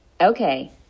Okay